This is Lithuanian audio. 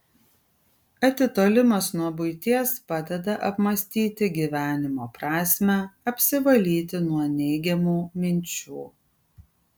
atitolimas nuo buities padeda apmąstyti gyvenimo prasmę apsivalyti nuo neigiamų minčių